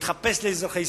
להתחפש לאזרחי ישראל,